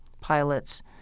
pilots